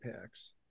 packs